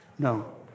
No